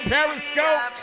Periscope